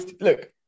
Look